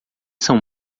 são